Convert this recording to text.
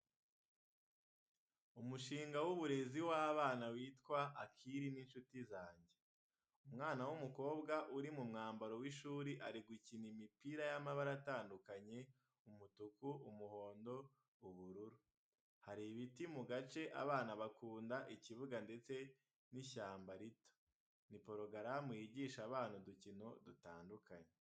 Umushinga w’uburezi w’abana witwa "Akili n’Inshuti zanjye." Umwana w’umukobwa uri mu mwambaro w’ishuri ari gukina imipira y’amabara atandukanye umutuku, umuhondo, ubururu. Hari ibiti mu gace abana bakunda ikibuga ndetse n'ishyamba rito. Ni porogaramu yigisha abana udukino dutandukanye.